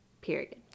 period